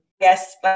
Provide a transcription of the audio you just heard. Yes